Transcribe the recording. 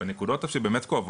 בנקודות שבאמת כואבות.